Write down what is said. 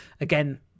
again